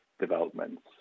developments